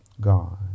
God